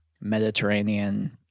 Mediterranean